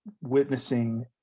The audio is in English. witnessing